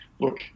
look